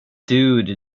dude